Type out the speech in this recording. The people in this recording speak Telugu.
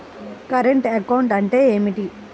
కరెంటు అకౌంట్ అంటే ఏమిటి?